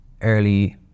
early